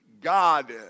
God